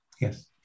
Yes